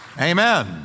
Amen